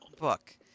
book